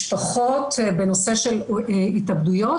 למשפחות בנושא של התאבדויות.